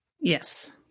Yes